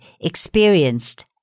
experienced